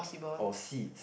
oh seeds